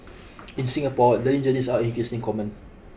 in Singapore learning journeys are increasingly common